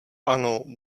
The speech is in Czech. ano